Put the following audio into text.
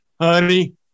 honey